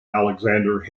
alexander